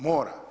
Mora.